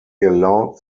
allowed